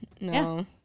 No